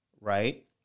right